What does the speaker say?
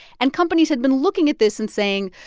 and companies had been looking at this and saying,